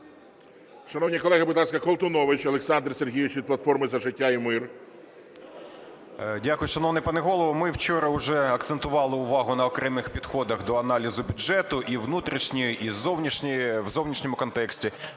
Дякую, шановний пане Голово. Ми вчора уже акцентували увагу на окремих підходах до аналізу бюджету: і у внутрішньому, і у зовнішньому контексті.